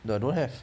I don't have